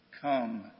come